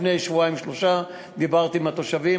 לפני שבועיים שלושה דיברתי עם התושבים,